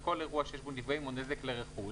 על כל אירוע שיש בו נפגעים או נזק לרכוש,